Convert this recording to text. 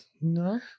No